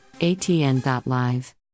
ATN.Live